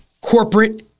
corporate